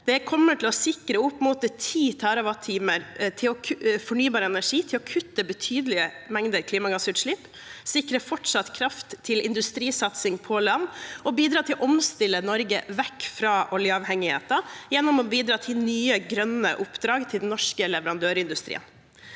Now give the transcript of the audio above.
Det kommer til å sikre opp mot 10 TWh fornybar energi til å kutte betydelige mengder klimagassutslipp, sikre fortsatt kraft til industrisatsing på land og bidra til å omstille Norge vekk fra oljeavhengigheten gjennom å bidra til nye, grønne oppdrag til den norske leverandørindustrien.